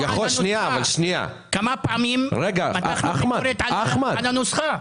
כמה פעמים מתחנו ביקורת על הנוסחה?